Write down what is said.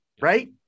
Right